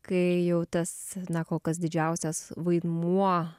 kai jau tas na kol kas didžiausias vaidmuo